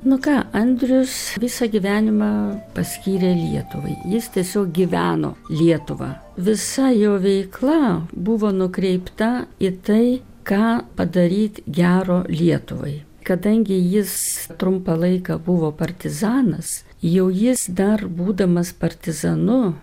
nu ką andrius visą gyvenimą paskyrė lietuvai jis tiesiog gyveno lietuva visa jo veikla buvo nukreipta į tai ką padaryt gero lietuvai kadangi jis trumpą laiką buvo partizanas jau jis dar būdamas partizanu